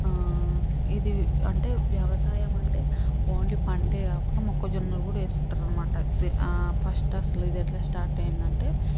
ఆ ఇది అంటే వ్యవసాయం అంటే ఓన్లీ పంటే కాకుండా మొక్కజొన్నలు కూడా వేస్తుంటారు అనమాట ఆ ఫస్ట్ అసలు ఇది ఎట్లా స్టార్ట్ అయ్యింది అంటే